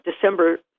December